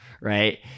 right